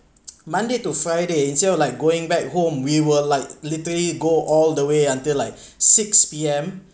monday to friday jiu like going back home we were like literally go all the way until like six P_M